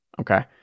Okay